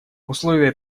условия